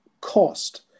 cost